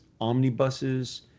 omnibuses